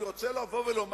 אני רוצה לומר: